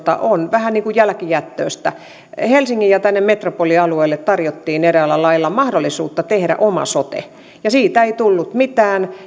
on vähän niin kuin jälkijättöistä helsinkiin ja tänne metropolialueelle tarjottiin eräällä lailla mahdollisuutta tehdä oma sote ja siitä ei tullut mitään